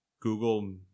Google